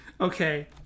Okay